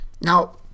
Now